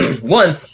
One